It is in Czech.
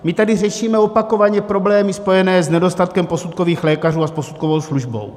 My tady řešíme opakovaně problémy spojené s nedostatkem posudkových lékařů a s posudkovou službou.